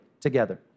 together